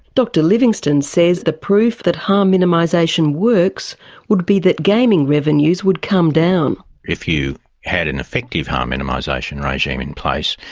dr livingstone says the proof that harm minimisation works would be that gaming revenues would come down. if you had an effective harm minimisation regime in place,